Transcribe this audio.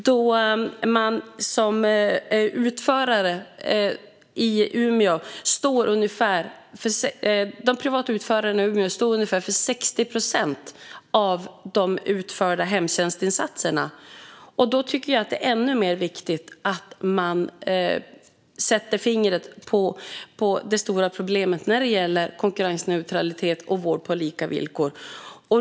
De privata utförarna i Umeå står för ungefär 60 procent av de utförda hemtjänstinsatserna, och då tycker jag att det är ännu viktigare att man sätter fingret på det stora problemet när det gäller konkurrensneutralitet och vård på lika villkor.